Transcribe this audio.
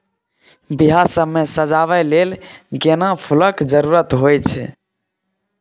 बियाह सब मे सजाबै लेल गेना फुलक जरुरत होइ छै